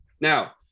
now